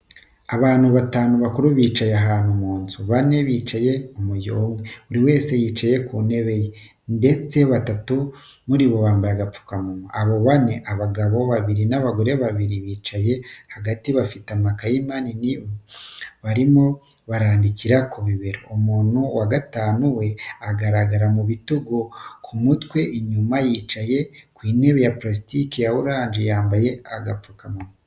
Abantu batanu bakuru bicaye ahantu mu nzu. Bane bicaye umujyo umwe, buri wese yicaye ku ntebe ye, ndetse batatu muri bo bambaye udupfukamunwa. Abo bane, abagabo babiri n'abagore babiri bicayemo hagati, bafite amakayi manini, barimo barandikira ku bibero. Umuntu wa gatanu we ugaragara mu bitugu no ku mutwe inyuma, yicaye ku ntebe ya pulasitiki ya orange, yampaye agapfukamunwa.